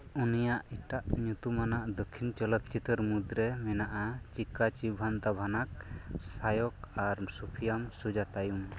ᱩᱱᱤᱭᱟᱜ ᱮᱴᱟᱜ ᱧᱩᱛᱩᱢᱟᱱᱟᱜ ᱫᱟᱠᱷᱤᱱ ᱪᱚᱞᱚᱛ ᱪᱤᱛᱟᱹᱨ ᱢᱩᱫᱽᱨᱮ ᱢᱮᱱᱟᱜ ᱟ ᱪᱤᱠᱠᱟ ᱪᱤᱵᱷᱟᱱᱛᱟᱵᱷᱟᱱᱟᱜ ᱥᱟᱭᱚᱠ ᱟᱨ ᱥᱩᱯᱷᱤᱭᱟᱢ ᱥᱩᱡᱟᱛᱟᱭᱩᱢ